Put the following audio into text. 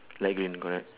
light green correct